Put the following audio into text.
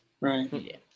Right